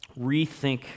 rethink